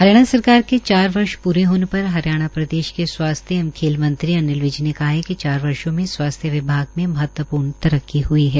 भाजपा सरकार के चार पूरे होने पर हरियाणा प्रदेश के स्वास्थ्य एंव खेलमंत्री अनिल विज ने कहा कि चार सालों मे स्वास्थ्य विभाग मे महत्वपूर्ण तरक्की हई है